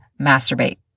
masturbate